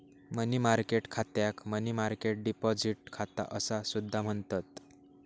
मनी market खात्याक money market deposit खाता असा सुद्धा म्हणतत